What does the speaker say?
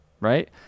right